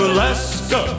Alaska